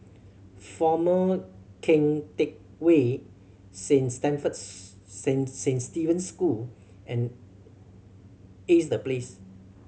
Former Keng Teck Whay Saint Stephen's San San Steven School and Ace The Place